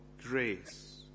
grace